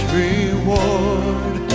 reward